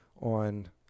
on